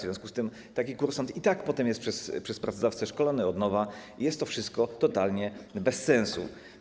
W związku z tym taki kursant i tak potem jest przez pracodawcę szkolony od nowa i jest to wszystko totalnie bez sensu.